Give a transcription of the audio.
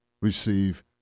receive